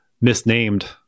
misnamed